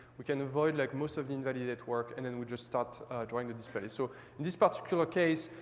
we can avoid, like, most of the invalidate work, and then we just start drawing the display. so in this particular case,